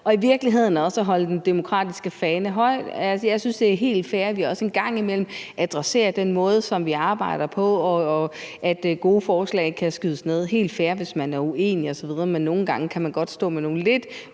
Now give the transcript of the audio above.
og i virkeligheden også for at holde den demokratiske fane højt. Altså, jeg synes, det er helt fair, at vi også en gang imellem adresserer den måde, som vi arbejder på, og det, at gode forslag kan skydes ned. Det er helt fair, hvis man er uenig osv., men nogle gange kan man godt stå med nogle lidt